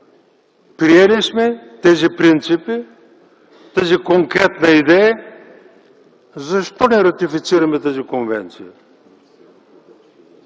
Приели сме тези принципи, тази конкретна идея, защо не ратифицираме тази конвенция?